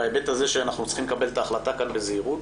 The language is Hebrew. בהיבט הזה שאנחנו צריכים לקבל את ההחלטה כאן בזהירות,